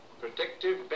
Protective